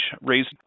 raised